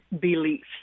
beliefs